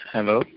Hello